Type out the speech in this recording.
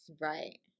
Right